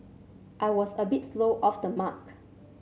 I was a bit slow off the mark